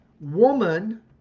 Woman